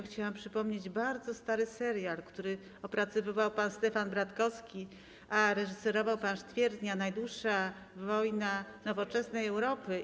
Chciałam także przypomnieć bardzo stary serial, który opracowywał pan Stefan Bratkowski, a reżyserował pan Sztwiertnia „Najdłuższa wojna nowoczesnej Europy”